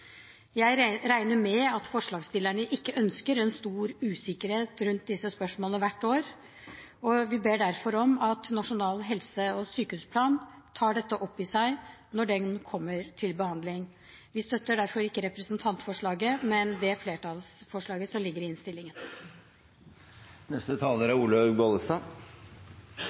Jeg regner med at forslagsstillerne ikke ønsker en stor usikkerhet rundt disse spørsmålene hvert år, og vi ber derfor om at Nasjonal helse- og sykehusplan tar dette opp i seg når den kommer til behandling. Vi støtter derfor ikke representantforslaget, men komitéinnstillingens forslag til vedtak. Å være sikker på at en får hjelp når en trenger det,